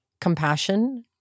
compassion